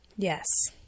Yes